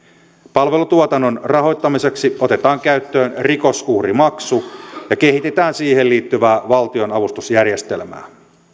palvelutuotannon rahoittamiseksi otetaan käyttöön rikosuhrimaksu ja kehitetään siihen liittyvää valtionavustusjärjestelmää